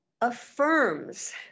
affirms